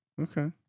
Okay